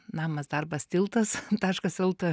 namas darbas tiltas taškas el t